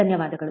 ಧನ್ಯವಾದಗಳು